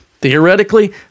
Theoretically